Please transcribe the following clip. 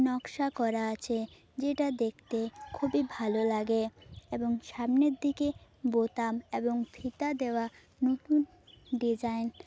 নকশা করা আছে যেটা দেখতে খুবই ভালো লাগে এবং সামনের দিকে বোতাম এবং ফিতে দেওয়া নতুন ডিজাইন